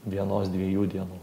vienos dviejų dienų